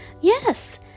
yes